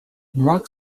marc